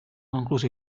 concluso